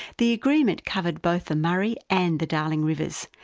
the agreement covered both the murray and the darling rivers,